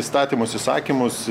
įstatymus įsakymus